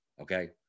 Okay